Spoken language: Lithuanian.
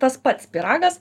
tas pats pyragas